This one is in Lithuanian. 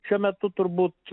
šiuo metu turbūt